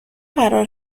قرار